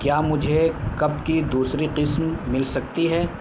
کیا مجھے کپ کی دوسری قسم مل سکتی ہے